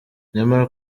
nyamara